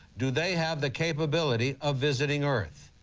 do they have the capability of visiting earth?